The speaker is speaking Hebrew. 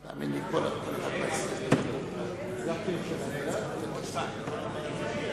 כבל לסעיף 41 לא נתקבלה.